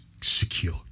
secure